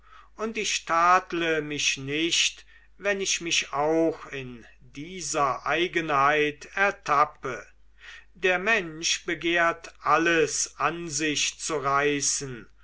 und ich tadle mich nicht wenn ich mich auch in dieser eigenheit ertappe der mensch begehrt alles an sich zu reißen